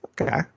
Okay